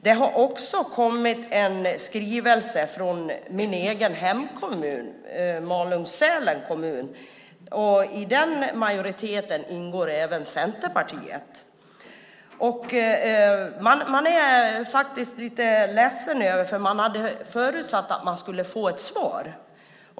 Det har också kommit en skrivelse från min egen hemkommun Malung-Sälens kommun, och i den majoriteten ingår även Centerpartiet. Man är faktiskt lite ledsna där, för man hade förutsatt att man skulle få ett svar.